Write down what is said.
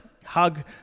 Hug